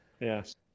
Yes